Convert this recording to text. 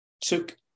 took